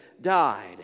died